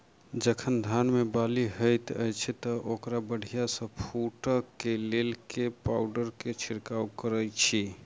जखन धान मे बाली हएत अछि तऽ ओकरा बढ़िया सँ फूटै केँ लेल केँ पावडर केँ छिरकाव करऽ छी?